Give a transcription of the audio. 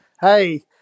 hey